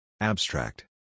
Abstract